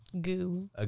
Goo